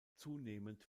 zunehmend